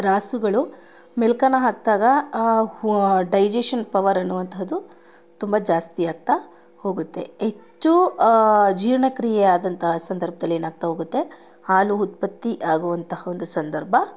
ರಾಸುಗಳು ಮೆಲುಕನ್ನು ಹಾಕಿದಾಗ digestion power ಅನ್ನುವಂಥದ್ದು ತುಂಬ ಜಾಸ್ತಿ ಆಗ್ತಾ ಹೋಗುತ್ತೆ ಹೆಚ್ಚು ಜೀರ್ಣ ಕ್ರಿಯೆ ಆದಂತಹ ಸಂದರ್ಭದಲ್ಲಿ ಏನು ಆಗ್ತಾ ಹೋಗುತ್ತೆ ಹಾಲು ಉತ್ಪತ್ತಿ ಆಗುವಂತಹ ಒಂದು ಸಂದರ್ಭ